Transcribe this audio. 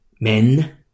Men